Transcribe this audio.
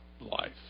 life